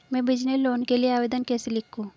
मैं business loan के लिए आवेदन कैसे लिखूँ?